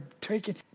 taking